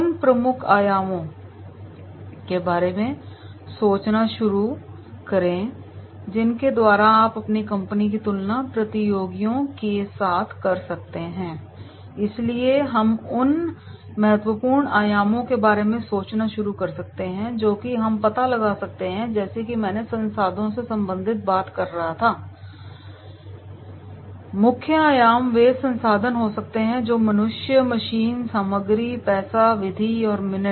उन प्रमुख आयामों के बारे में सोचना शुरू करें जिनके द्वारा आप अपनी कंपनी की तुलना प्रतियोगियों के साथ कर सकते हैं इसलिए हम उन महत्वपूर्ण आयामों के बारे में सोचना शुरू कर सकते हैं जो कि हम पता लगा सकते हैं जैसे कि मैं संसाधनों से संबंधित बात कर रहा था मुख्य आयाम वे संसाधन हो सकते हैं जो मनुष्य हैं मशीन सामग्री पैसा विधि और मिनट